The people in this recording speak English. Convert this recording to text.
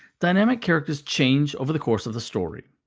dynamic characters change over the course of the story.